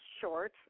short